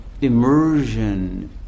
immersion